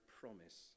promise